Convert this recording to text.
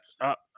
up